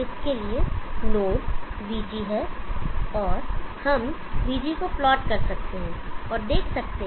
इसके लिए node V G है हम V G को प्लॉट कर सकते हैं और देख सकते हैं